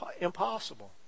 impossible